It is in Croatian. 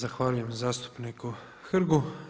Zahvaljujem zastupniku Hrgu.